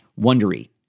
Wondery